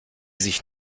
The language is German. sich